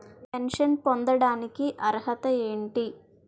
Pension పొందడానికి అర్హత ఏంటి?